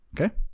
okay